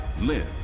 Live